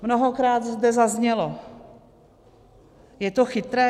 Mnohokrát zde zaznělo: Je to chytré?